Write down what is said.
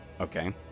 Okay